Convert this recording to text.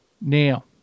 Now